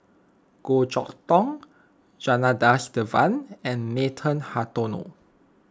Goh Chok Tong Janadas Devan and Nathan Hartono